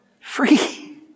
Free